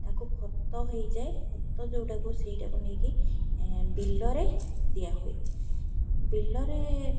ତାକୁ ଖତ ହେଇଯାଏ ଖତ ଯେଉଁଟାକୁ ସେଇଟାକୁ ନେଇକି ବିଲରେ ଦିଆ ହୁୁଏ ବିଲରେ